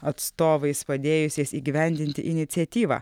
atstovais padėjusiais įgyvendinti iniciatyvą